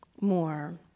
more